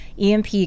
EMP